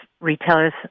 retailers